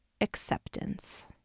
Acceptance